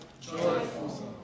Joyful